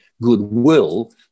goodwill